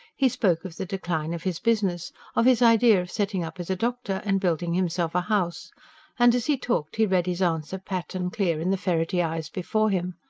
he spoke of the decline of his business of his idea of setting up as a doctor and building himself a house and, as he talked, he read his answer pat and clear in the ferrety eyes before him.